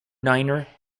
niner